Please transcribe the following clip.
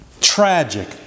Tragic